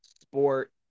sport